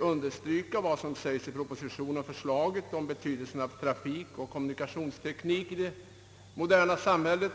understryka vad som sägs i propositionen om betydelsen av trafikoch kommunikationsteknik i det moderna samhället.